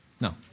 No